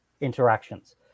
interactions